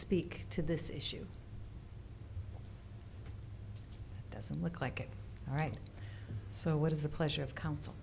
speak to this issue doesn't look like it right so what is the pleasure of coun